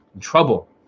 trouble